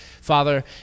Father